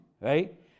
right